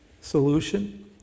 solution